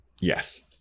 Yes